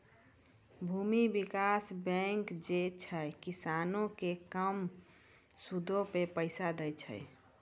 भूमि विकास बैंक जे छै, किसानो के कम सूदो पे पैसा दै छे